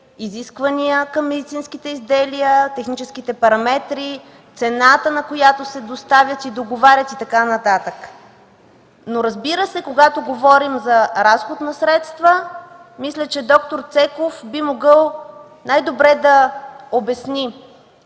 изисквания към медицинските изделия, техническите параметри, цената на която се доставят и договарят, и така нататък. Когато говорим за разход на средства, мисля, че д-р Цеков най-добре би